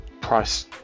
price